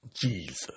Jesus